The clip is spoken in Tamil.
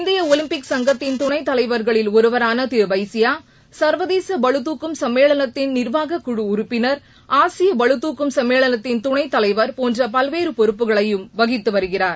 இந்திய ஒலிப்பிக் சங்கத்தின் துணைத் தலைவர்களில் ஒருவரான திரு பைசியா சர்வதேச பளுதூக்கும் சும்மேளனத்தின் நிர்வாகக் குழு உறுப்பினர் ஆசிய பளுதூக்கும் சம்மேளனத்தின் துணைத் தலைவர் போன்ற பல்வேறு பொறுப்புகளையும் வகித்து வருகிறார்